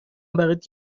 برات